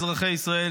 אזרחי ישראל,